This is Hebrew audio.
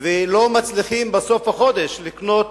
ולא מצליחים בסוף החודש לקנות